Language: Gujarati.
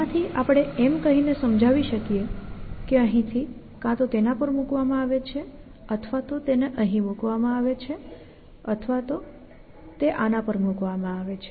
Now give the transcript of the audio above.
આમાંથી આપણે એમ કહીને સમજાવી શકીએ કે અહીંથી કાં તો તેના પર મૂકવામાં આવે છે અથવા તો તેને અહીં મૂકવામાં આવે છે કાં તો તે આના પર મૂકવામાં આવે છે